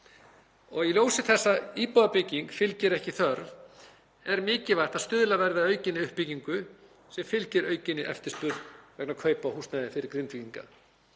og í ljósi þess að íbúðabygging fylgir ekki þörf er mikilvægt að stuðlað verði að aukinni uppbyggingu sem fylgir aukinni eftirspurn vegna kaupa á húsnæði fyrir Grindvíkinga.